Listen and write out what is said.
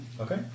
Okay